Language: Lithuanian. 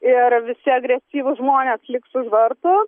ir visi agresyvūs žmonės liks už vartų